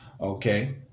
okay